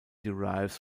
derives